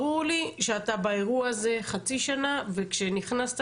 ברור לי שאתה באירוע הזה חצי שנה וכשנכנסת